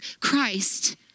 Christ